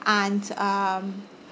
and um